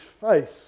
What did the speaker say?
face